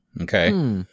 Okay